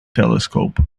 telescope